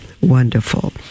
wonderful